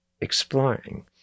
exploring